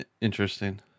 Interesting